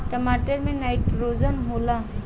टमाटर मे नाइट्रोजन होला?